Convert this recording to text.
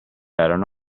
erano